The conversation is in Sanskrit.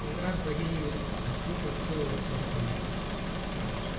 नगरात् बहिः अस्ति तत्तु बहु सम्यक् अस्ति